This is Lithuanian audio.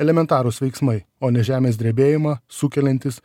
elementarūs veiksmai o ne žemės drebėjimą sukeliantys